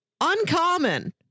uncommon